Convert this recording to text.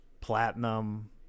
platinum